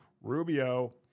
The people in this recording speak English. Rubio